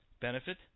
benefit